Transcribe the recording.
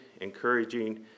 encouraging